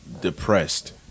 depressed